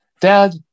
Dad